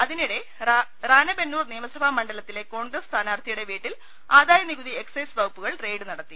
അതിനിടെ റാന ബെന്നൂർ നിയമസഭാ മണ്ഡലത്തിലെ കോൺഗ്രസ് സ്ഥാനാർത്ഥിയുടെ വീട്ടിൽ ആദായനികുതി എക്സൈസ് വകുപ്പുകൾ റെയ്ഡ് നടത്തി